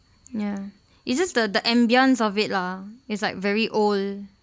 ya it's just the the ambience of it lah it's like very old